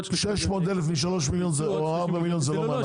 600,000 מ-3 או מ-4 מיליון זה לא מענק.